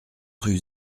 rue